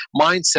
mindset